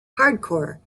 hardcore